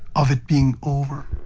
of it being over.